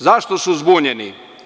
Zašto su zbunjeni?